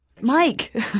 Mike